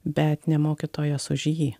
bet ne mokytojas už jį